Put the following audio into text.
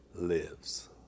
lives